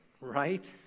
right